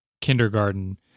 kindergarten